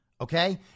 Okay